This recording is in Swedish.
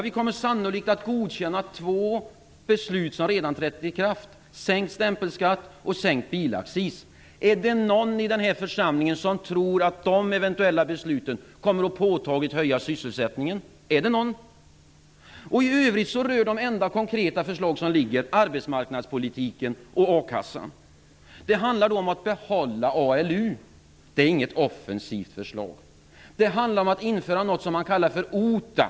Vi kommer sannolikt att godkänna två beslut som redan har trätt i kraft; sänkt stämpelskatt och sänkt bilaccis. Finns det någon i denna församling som tror att de eventuella besluten påtagligt kommer att höja sysselsättningen? Finns det någon? I övrigt rör de enda konkreta förslag som föreligger arbetsmarknadspolitiken och a-kassan. Det handlar om att behålla ALU. Det är inget offensivt förslag. Det handlar om att införa något som man kallar för OTA.